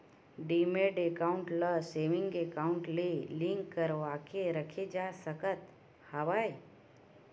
demat account ल saving account ले link करवाके रखे जा सकत हवय